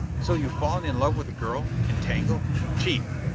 so you've fallen in love with a girl? entangled chief!